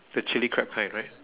the chilli crab kind right